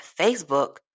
Facebook